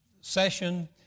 session